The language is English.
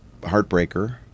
heartbreaker